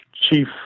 chief